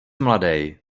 mladej